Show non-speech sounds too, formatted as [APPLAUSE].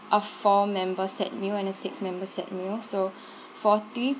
a four member set meal and a six member set meal so [BREATH] forty